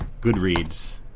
Goodreads